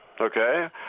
okay